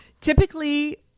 typically